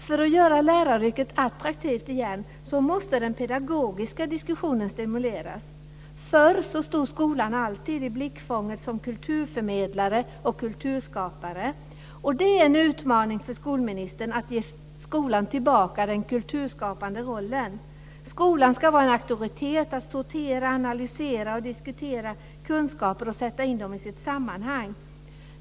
För att göra läraryrket attraktivt igen, måste den pedagogiska diskussionen stimuleras. Förr stod skolan alltid i blickfånget som kulturförmedlare och kulturskapare. Det är en utmaning för skolministern att ge skolan tillbaka den kulturskapande rollen. Skolan ska vara en auktoritet att sortera, analysera och diskutera kunskaper och sätta in dem i sitt sammanhang.